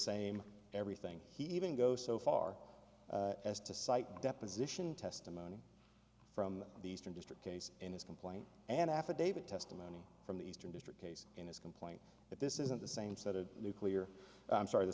same everything he even goes so far as to cite deposition testimony from the eastern district case in his complaint and affidavit testimony from the eastern district his complaint that this isn't the same set of nuclear i'm sorry the